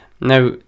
Now